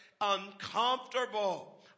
uncomfortable